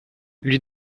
lui